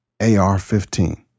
AR-15